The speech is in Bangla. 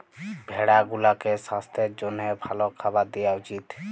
ভেড়া গুলাকে সাস্থের জ্যনহে ভাল খাবার দিঁয়া উচিত